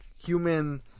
human